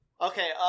Okay